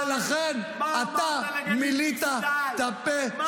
מילה אחת של